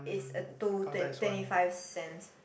is a two twen~ twenty five cents